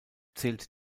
zählt